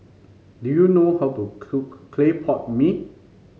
do you know how to cook Clay Pot Mee